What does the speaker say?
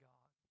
God